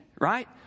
right